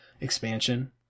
expansion